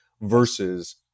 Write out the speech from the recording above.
versus